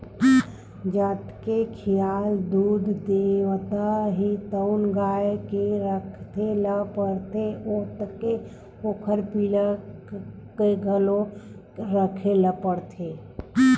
जतके खियाल दूद देवत हे तउन गाय के राखे ल परथे ओतके ओखर पिला के घलो राखे ल परथे